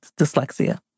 dyslexia